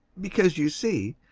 because, you see,